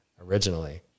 originally